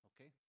Okay